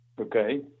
Okay